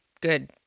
good